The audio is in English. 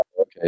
Okay